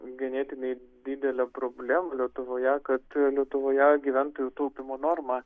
ganėtinai didelė problema lietuvoje kad lietuvoje gyventojų taupymo norma